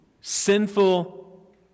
sinful